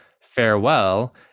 Farewell